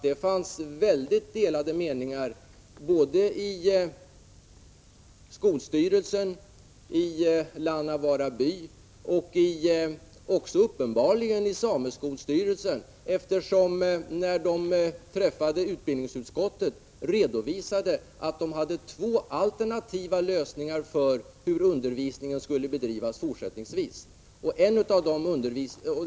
Det fanns mycket delade meningar såväl i skolstyrelsen som i Lannavaara by och uppenbarligen också i sameskolstyrelsen — när man träffade utbildningsutskottet redovisade man att man hade två alternativa lösningar för hur undervisningen fortsättningsvis skulle bedrivas.